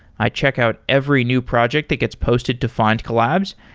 i check out every new project that gets posted to findcollabs,